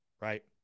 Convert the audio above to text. right